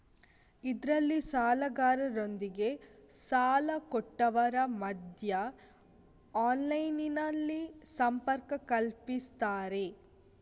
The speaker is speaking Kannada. ಇದ್ರಲ್ಲಿ ಸಾಲಗಾರರೊಂದಿಗೆ ಸಾಲ ಕೊಟ್ಟವರ ಮಧ್ಯ ಆನ್ಲೈನಿನಲ್ಲಿ ಸಂಪರ್ಕ ಕಲ್ಪಿಸ್ತಾರೆ